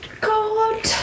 God